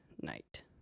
night